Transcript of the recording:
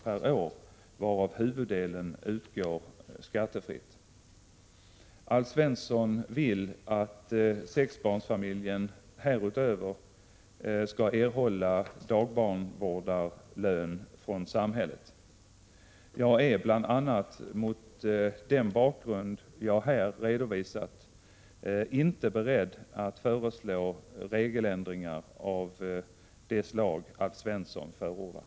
per år, varav huvuddelen utgår skattefritt. Alf Svensson vill att sexbarnsfamiljen härutöver skall erhålla dagbarnvårdarlön från samhället. Jag är, bl.a. mot den bakgrund jag här redovisat, inte beredd att föreslå regeländringar av det slag Alf Svensson förordar.